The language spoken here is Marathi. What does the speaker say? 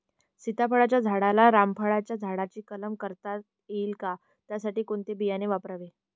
सीताफळाच्या झाडाला रामफळाच्या झाडाचा कलम करता येईल का, त्यासाठी कोणते बियाणे वापरावे?